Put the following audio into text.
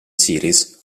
series